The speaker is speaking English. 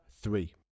three